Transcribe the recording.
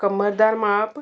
ਕਮਰ ਦਾ ਮਾਪ